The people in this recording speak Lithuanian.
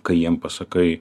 kai jiem pasakai